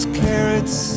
carrots